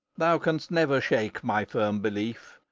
thou canst never shake my firm belief.